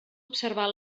observar